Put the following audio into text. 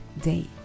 day